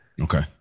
Okay